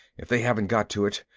if they haven't got to it.